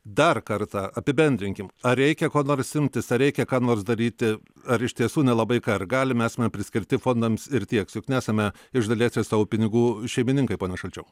dar kartą apibendrinkim ar reikia ko nors imtis ar reikia ką nors daryti ar iš tiesų nelabai ką ir galime priskirti fondams ir tiek juk nesame iš dalies ir savo pinigų šeimininkai poke šalčiau